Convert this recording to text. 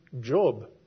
Job